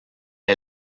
est